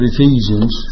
Ephesians